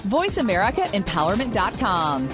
VoiceAmericaEmpowerment.com